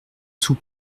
sous